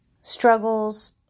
struggles